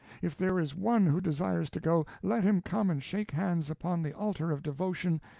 if there is one who desires to go, let him come and shake hands upon the altar of devotion,